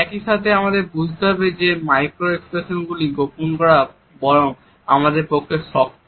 একই সাথে আমাদের বুঝতে হবে যে মাইক্রো এক্সপ্রেশনগুলি গোপন করা বরং আমাদের পক্ষে শক্ত